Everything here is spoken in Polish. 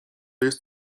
jest